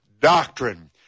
doctrine